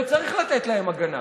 וצריך לתת להם הגנה.